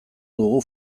dugu